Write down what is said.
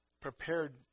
prepared